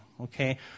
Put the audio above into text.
okay